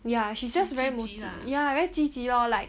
ya she's just very mo~ ya very 积极 lor like